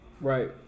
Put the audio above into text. Right